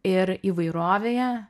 ir įvairovėje